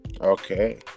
okay